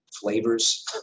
flavors